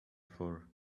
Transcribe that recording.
for